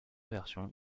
version